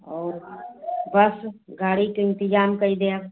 औ बस गाड़ी के इंतजाम कई देव